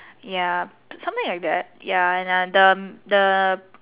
ya something like that ya and the the